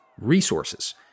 resources